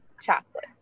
chocolate